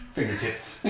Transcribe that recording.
Fingertips